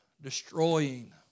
destroying